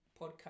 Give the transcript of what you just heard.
podcast